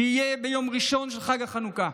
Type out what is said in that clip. שיהיה ביום ראשון של חג החנוכה.